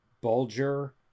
bulger